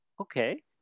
Okay